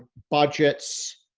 budgets,